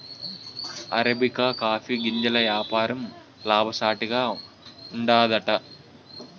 arabica coffee గింజల యాపారం లాభసాటిగా ఉండాదట